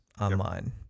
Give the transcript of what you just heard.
online